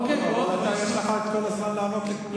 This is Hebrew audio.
יש לך את כל הזמן לענות לכולם.